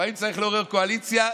לפעמים צריך לעורר קואליציה,